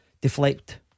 Deflect